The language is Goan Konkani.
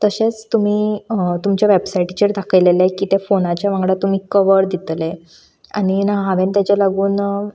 तशेंच तुमी तुमच्या वॅबसायटीचेर दाखयललें की त्या फोनाच्या वांगडा तुमी कवर दितले आनी हांवें ताज्या लागून